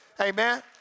Amen